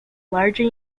larger